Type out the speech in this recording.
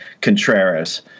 Contreras